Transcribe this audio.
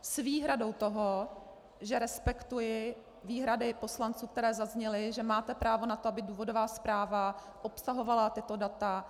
S výhradou toho, že respektuji výhrady poslanců, které zazněly, že máte právo na to, aby důvodová zpráva obsahovala tato data.